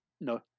No